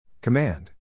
Command